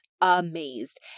amazed